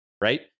right